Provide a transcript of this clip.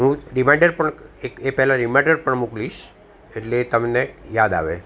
હું રિમાઇંડર પણ એ પહેલા રિમાઇંડર પણ મોકલીશ એટલે તમને યાદ આવે